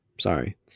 Sorry